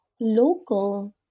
local